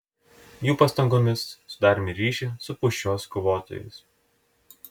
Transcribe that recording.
jų pastangomis sudarėme ryšį su pūščios kovotojais